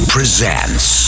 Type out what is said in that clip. Presents